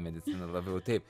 medicina labiau taip